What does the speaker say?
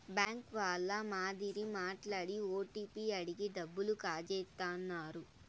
bank వాళ్ళ మాదిరి మాట్లాడి ఓటీపీ అడిగి డబ్బులు కాజేత్తన్నారు